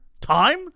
time